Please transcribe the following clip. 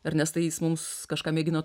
ernestai jis mums kažką mėgino